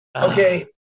Okay